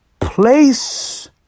Place